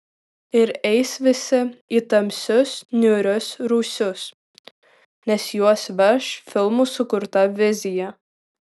ir eis visi į tamsius niūrius rūsius nes juos veš filmų sukurta vizija